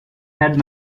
had